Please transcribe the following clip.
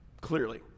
clearly